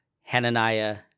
Hananiah